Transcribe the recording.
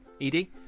Edie